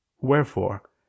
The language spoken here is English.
Wherefore